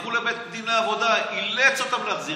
הלכו לבית דין עבודה, אילץ אותם להחזיר.